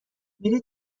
میری